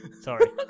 Sorry